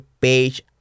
page